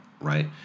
Right